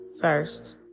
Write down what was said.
first